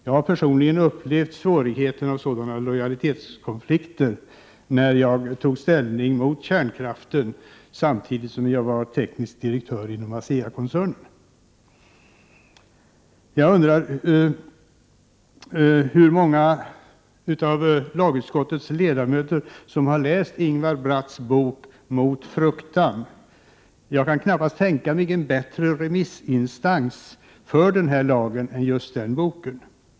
Jag har personligen upplevt svårigheten av sådana lojalitetskonflikter när jag tog ställning mot kärnkraften samtidigt som jag var teknisk direktör inom ASEA-koncernen. Hur många av lagutskottets ledamöter har läst Ingvar Bratts bok ”Mot fruktan”? Jag kan knappast tänka mig en bättre remissinstans för den här lagen än just den boken.